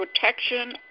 protection